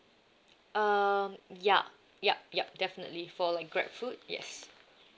um ya yup yup definitely for like grab food yes